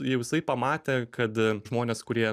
jau jisai pamatė kad žmonės kurie